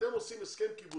כשאתם עושים עכשיו הסכם קיבוצי,